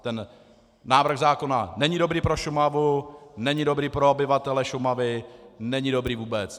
Ten návrh zákona není dobrý pro Šumavu, není dobrý pro obyvatele Šumavy, není dobrý vůbec.